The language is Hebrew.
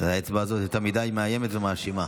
האצבע הזאת יותר מדי מאיימת ומאשימה.